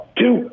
two